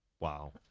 Wow